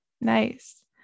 nice